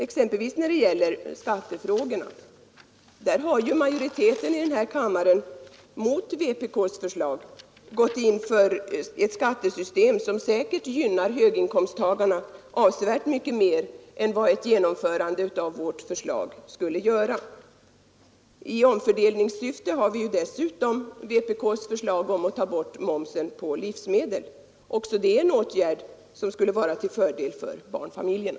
Exempelvis när det gäller skattefrågorna har majoriteten i denna kammare mot vpk:s förslag gått in för ett skattesystem, som säkert gynnar höginkomsttagarna avsevärt mer än vad ett genomförande av vårt förslag skulle göra. I omfördelningssyfte har vpk dessutom föreslagit borttagande av momsen på livsmedel. Också det är en åtgärd som skulle vara till fördel för barnfamiljerna.